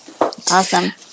awesome